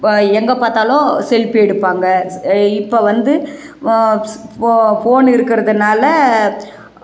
இப்போ எங்கே பார்த்தாலும் செல்ப்பி எடுப்பாங்க இப்போ வந்து ஃபோன் இருக்கிறதுனால